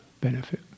benefit